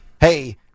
hey